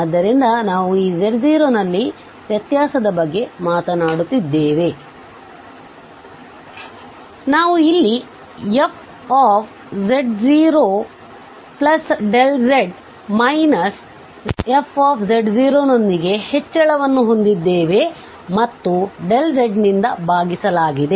ಆದ್ದರಿಂದ ನಾವುz0ನಲ್ಲಿ ವ್ಯತ್ಯಾಸದ ಬಗ್ಗೆ ಮಾತನಾಡುತ್ತಿದ್ದೇವೆ ನಾವು ಇಲ್ಲಿ fz0z fz0ನೊಂದಿಗೆ ಹೆಚ್ಚಳವನ್ನು ಹೊಂದಿದ್ದೇವೆ ಮತ್ತು z ನಿಂದ ಭಾಗಿಸಲಾಗಿದೆ